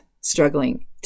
struggling